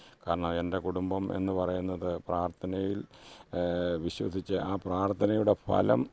കാരണം എൻ്റെ കുടുംബം എന്നു പറയുന്നത് പ്രാർത്ഥനയിൽ വിശ്വസിച്ച് ആ പ്രാർത്ഥനയുടെ ബലം